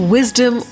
Wisdom